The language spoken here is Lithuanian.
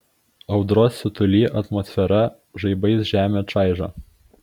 audros siutuly atmosfera žaibais žemę čaižo